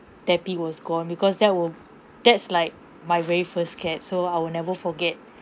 tappy was gone because that were that's like my very first cat so I will never forget